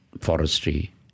forestry